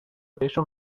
بهشون